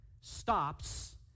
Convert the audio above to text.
stops